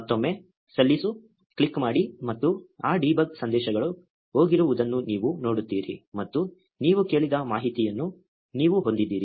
ಮತ್ತೊಮ್ಮೆ ಸಲ್ಲಿಸು ಕ್ಲಿಕ್ ಮಾಡಿ ಮತ್ತು ಆ ಡೀಬಗ್ ಸಂದೇಶಗಳು ಹೋಗಿರುವುದನ್ನು ನೀವು ನೋಡುತ್ತೀರಿ ಮತ್ತು ನೀವು ಕೇಳಿದ ಮಾಹಿತಿಯನ್ನು ನೀವು ಹೊಂದಿದ್ದೀರಿ